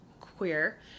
queer